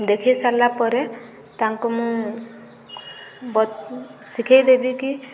ଦେଖେଇ ସାରିଲା ପରେ ତାଙ୍କୁ ମୁଁ ଶିଖେଇଦେବି କିି